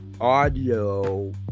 audio